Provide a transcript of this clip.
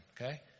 okay